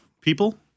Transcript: people